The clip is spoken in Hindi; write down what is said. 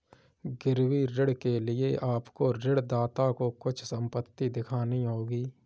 गिरवी ऋण के लिए आपको ऋणदाता को कुछ संपत्ति दिखानी होगी